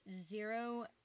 zero